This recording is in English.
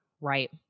Right